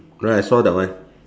right I saw that one